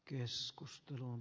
keskustelun